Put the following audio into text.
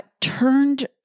turned